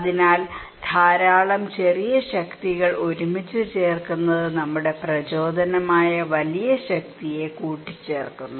അതിനാൽ ധാരാളം ചെറിയ ശക്തികൾ ഒരുമിച്ച് ചേർക്കുന്നത് നമ്മുടെ പ്രചോദനമായ വലിയ ശക്തിയെ കൂട്ടിച്ചേർക്കുന്നു